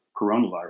coronavirus